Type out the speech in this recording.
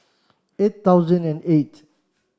eight thousand and eight